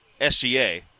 SGA